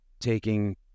taking